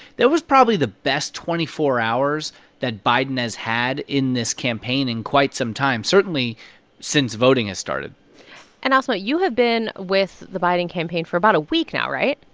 that was probably the best twenty four hours that biden has had in this campaign in quite some time, certainly since voting has started and asma, you have been with the biden campaign for about a week now, right?